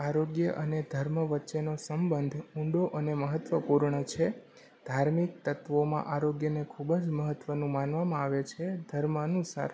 આરોગ્ય અને ધર્મ વચ્ચેનો સંબંધ ઊંડો અને મહત્ત્વપૂર્ણ છે ધાર્મિક તત્વોમાં આરોગ્યને ખૂબ જ મહત્ત્વનું માનવામાં આવે છે ધર્મ અનુસાર